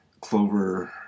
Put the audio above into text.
Clover